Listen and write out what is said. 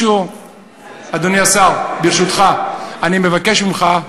אדוני השר, ברשותך, אני מבקש ממך,